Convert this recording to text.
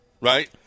Right